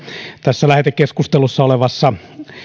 tässä lähetekeskustelussa olevassa